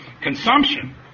consumption